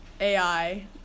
AI